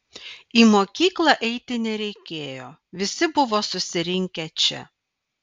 į mokyklą eiti nereikėjo visi buvo susirinkę čia